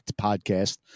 Podcast